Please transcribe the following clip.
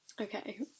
Okay